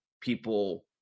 people